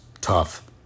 Tough